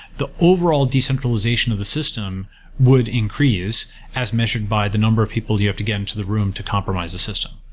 the overall decentralization of the system would increase as measured by the number of people you have to get into the room to compromise the system.